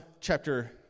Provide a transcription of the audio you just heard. chapter